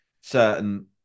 certain